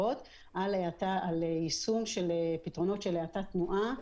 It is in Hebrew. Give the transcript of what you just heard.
על יישום של פתרונות של האטת תנועה,